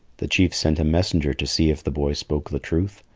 the chief sent a messenger to see if the boy spoke the truth,